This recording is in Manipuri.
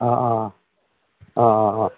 ꯑꯥ ꯑꯥ ꯑꯥ ꯑꯥ ꯑꯥ